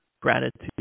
gratitude